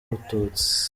abatutsi